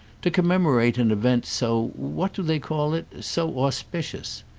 to commemorate an event so what do they call it so auspicious.